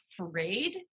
afraid